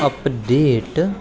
update